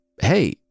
hey